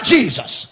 Jesus